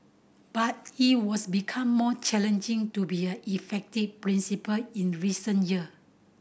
but it was become more challenging to be a effective principal in recent year